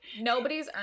nobody's